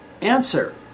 answer